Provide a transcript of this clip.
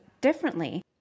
differently